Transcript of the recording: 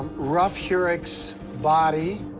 rough hurech's body